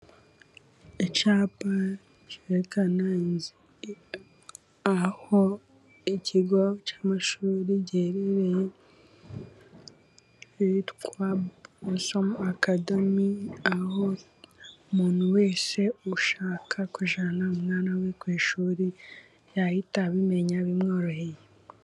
Icyapa cyerekana aho ikigo cy'amashuri giherereye, cyitwa Maso academi, aho umuntu wese ushaka kujyana umwana we ku ishuri, yahita abimenya bimworoheye.